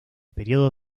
periodo